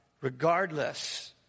regardless